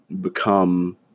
become